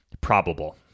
probable